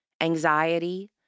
anxiety